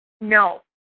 no